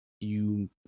you